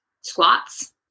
squats